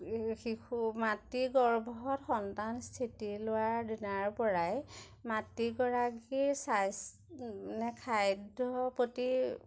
শিশু মাতৃগৰ্ভত সন্তান স্থিতি লোৱাৰ দিনাৰ পৰাই মাতৃগৰাকীৰ স্বাস্থ্য মানে খাদ্যৰ প্ৰতি